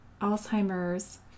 Alzheimer's